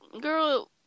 girl